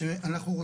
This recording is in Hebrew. רק אם אתה יכול